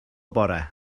bore